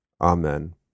Amen